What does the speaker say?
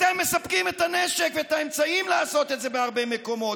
אתם מספקים את הנשק ואת האמצעים לעשות את זה בהרבה מקומות.